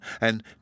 and